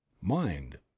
MIND